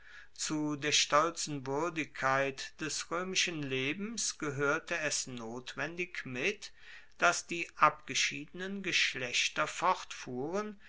zu der stolzen wuerdigkeit des roemischen lebens gehoerte es notwendig mit dass die abgeschiedenen geschlechter